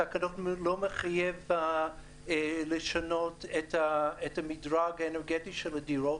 התקנות לא מחייבות לשנות את המדרג האנרגטי של הדירות,